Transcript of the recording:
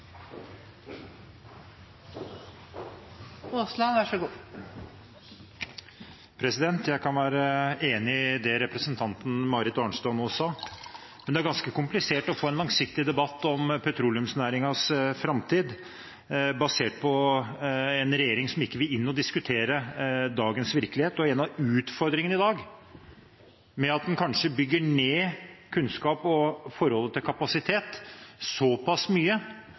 Aasland har hatt ordet to ganger tidligere og får ordet til en kort merknad, begrenset til 1 minutt. Jeg kan være enig i det representanten Marit Arnstad nå sa. Men det er ganske komplisert å få en langsiktig debatt om petroleumsnæringens framtid basert på en regjering som ikke vil inn og diskutere dagens virkelighet og en av utfordringene i dag: at en kanskje bygger ned kunnskap og forholdet til kapasitet